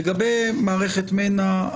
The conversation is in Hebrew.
לגבי מערכת מנע,